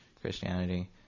Christianity